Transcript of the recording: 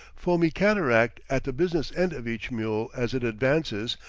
foamy cataract at the business end of each mule as it advances,